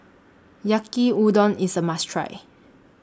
Yaki Udon IS A must Try